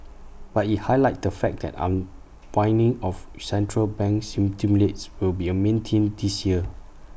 but IT highlighted the fact that unwinding of central bank stimulus will be A main theme this year